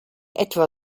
etwa